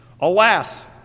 Alas